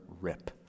rip